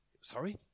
Sorry